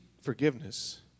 forgiveness